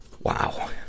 Wow